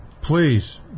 please